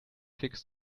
fix